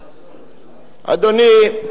אדוני,